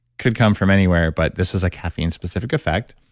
could come from anywhere but this is a caffeine specific effect.